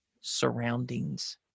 surroundings